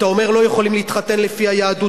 אתה אומר: לא יכולים להתחתן לפי היהדות,